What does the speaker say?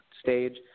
stage